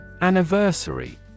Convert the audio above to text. Anniversary